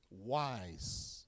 wise